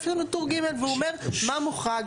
טור ג' אומר מה מוחרג.